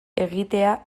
egitea